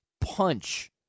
punch